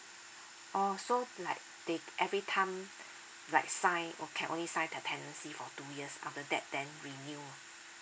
oh so like they every time like sign oh can only sign the tenancy for two years after that then renew ah